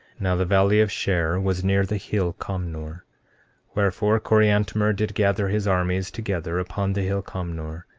now the valley of shurr was near the hill comnor wherefore, coriantumr did gather his armies together upon the hill comnor,